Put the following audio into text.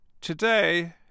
Today